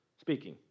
speaking